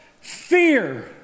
fear